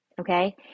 okay